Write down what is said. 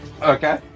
Okay